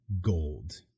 gold